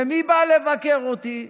ומי באה לבקר אותי?